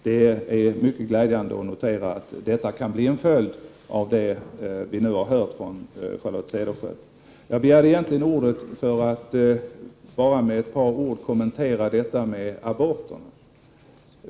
Det är mycket glädjande att notera att detta kan bli en följd av vad vi nu hört av Charlotte Cederschiöld. Jag begärde egentligen ordet för att bara med ett par ord kommentera detta med aborterna.